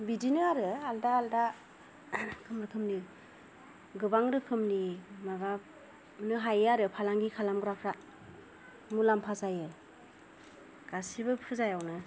बिदिनो आरो आलदा आलदा रोखोम रोखोमनि गोबां रोखोमनि माबानो हायो आरो फालांगि खालामग्राफ्रा मुलाम्फा जायो गासैबो फुजायावनो